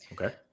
Okay